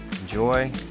Enjoy